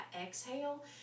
exhale